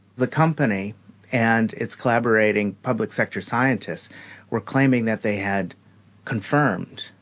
the company and its collaborating public sector scientists were claiming that they had confirmed,